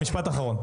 משפט אחרון.